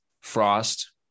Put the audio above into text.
Frost